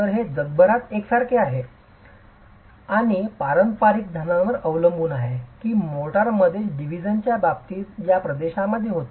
तर हे जगभरात एकसारखेपणाचे आहे आणि पारंपारिक ज्ञानावर अवलंबून आहे की मोर्टार मध्येच डिटिव्ह्जच्या बाबतीत या प्रदेशात होते